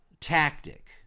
Tactic